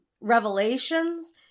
revelations